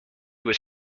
was